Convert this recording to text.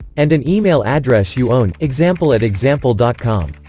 and an email address you own example at example dot com